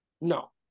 No